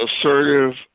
assertive